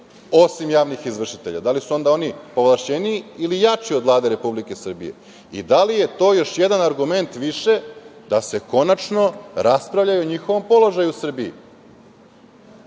osim javnih izvršitelja. Da li su onda oni povlašćeniji ili jači od Vlade Republike Srbije? Da li je to još jedan argument više da se konačno raspravlja i o njihovom položaju u Srbiji?